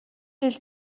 жил